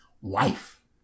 wife